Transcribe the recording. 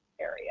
area